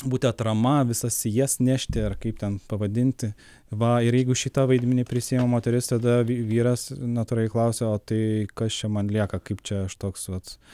būti atrama visas sijas nešti ar kaip ten pavadinti va ir jeigu šitą vaidmenį prisiima moteris tada vy vyras natūraliai klausiu o tai kas čia man lieka kaip čia aš toks vat